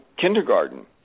kindergarten